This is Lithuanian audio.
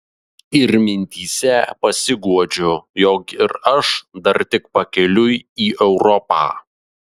ir mintyse pasiguodžiu jog ir aš dar tik pakeliui į europą